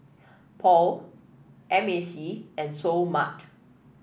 Paul M A C and Seoul Mart